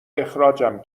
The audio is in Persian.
اخراجم